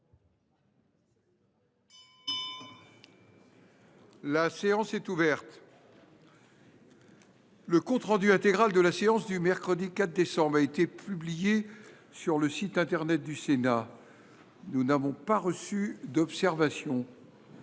La séance est ouverte. Le compte rendu intégral de la séance du mercredi 4 décembre 2024 a été publié sur le site internet du Sénat. Il n’y a pas d’observation